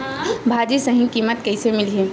भाजी सही कीमत कइसे मिलही?